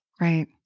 Right